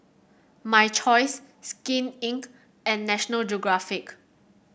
My Choice Skin Inc and National Geographic